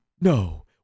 no